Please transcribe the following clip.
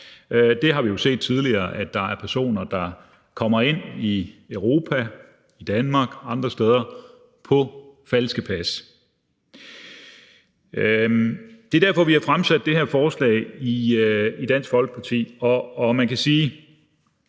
Vi har jo tidligere set, at der er personer, der kommer ind i Europa, i Danmark og andre steder, på falske pas. Det er derfor, vi fra Dansk Folkepartis side